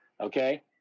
okay